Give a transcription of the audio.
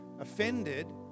offended